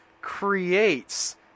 creates